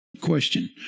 question